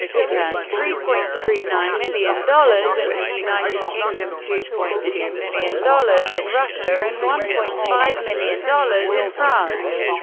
it earned three point three nine million dollars in the united kingdom, two point two million dollars in russia, and one point five million dollars in france.